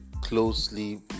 closely